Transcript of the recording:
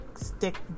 stick